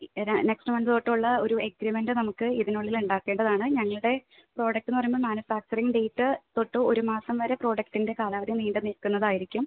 ഈ next month തൊട്ടുള്ള ഒരു എഗ്രിമെൻറ്റ് നമുക്ക് ഇതിനുള്ളിൽ ഉണ്ടാക്കേണ്ടതാണ് ഞങ്ങളുടെ പ്രൊഡക്റ്റ് എന്ന് പറയുമ്പോൾ മാനുഫാക്ച്ചറിംഗ് ഡേറ്റ് തൊട്ട് ഒരു മാസം വരെ പ്രൊഡക്റ്റിൻ്റെ കാലാവധി നീണ്ട് നിൽക്കുന്നതായിരിക്കും